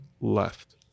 left